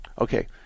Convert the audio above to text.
Okay